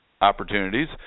opportunities